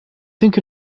think